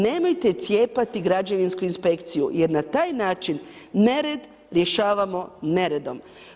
Nemojte cijepati građevinsku inspekciju, jer na taj način, nered rješavamo neredom.